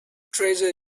treasure